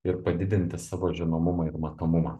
ir padidinti savo žinomumą ir matomumą